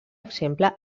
exemple